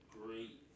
great